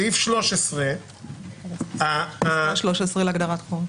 סעיף 13 --- סעיף 13 להגדרת חוב.